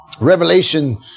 Revelation